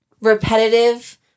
repetitive